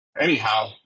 Anyhow